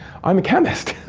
i'm a chemist.